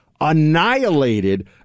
annihilated